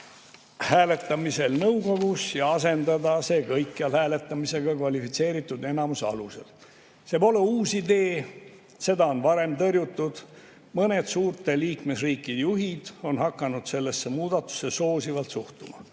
hääletamisel nõukogus ja asendada see kõikjal hääletamisega kvalifitseeritud enamuse alusel. See pole uus idee, seda on varem tõrjutud. Mõned suurte liikmesriikide juhid on hakanud sellesse muudatusse soosivalt suhtuma.